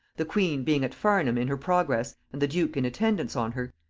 the queen being at farnham in her progress and the duke in attendance on her,